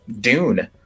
dune